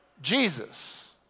Jesus